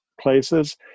places